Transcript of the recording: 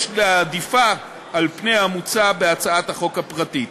יש להעדיפה על פני המוצע בהצעת החוק הפרטית.